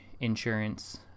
insurance